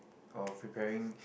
or preparing